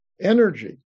energy